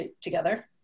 together